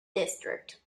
district